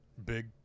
Big